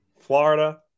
Florida